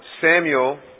Samuel